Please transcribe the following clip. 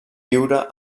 viure